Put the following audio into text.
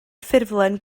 ffurflen